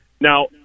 Now